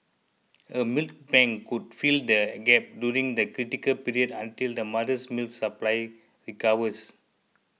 a milk bank could fill the gap during the critical period until the mother's milk supply recovers